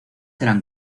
eran